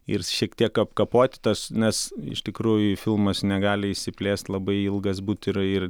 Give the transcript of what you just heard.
ir šiek tiek apkapot tas nes iš tikrųjų filmas negali išsiplėst labai ilgas būt yra ir